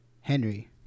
Henry